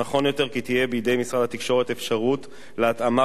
נכון יותר כי תהיה בידי משרד התקשורת אפשרות להתאמה